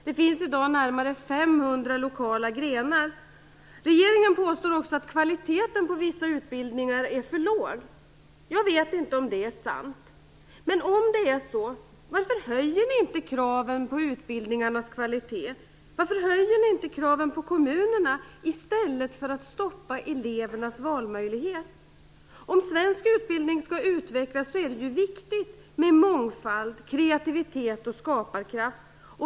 Det finns i dag närmare 500 lokala grenar. Regeringen påstår också att kvaliteten på vissa utbildningar är för låg. Jag vet inte om det är sant. Men om det är så, varför höjer ni då inte kraven på utbildningarnas kvalitet och kraven på kommunerna i stället för att stoppa elevernas valmöjlighet? Om svensk utbildning skall utvecklas är det viktigt med mångfald, kreativitet och skaparkraft.